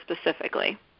specifically